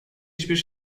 hiçbir